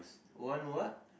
one what